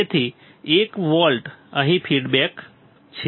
તેથી 1 વોલ્ટ અહીં ફીડબેક છે